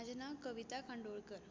म्हजें नांव कविता कांदोळकर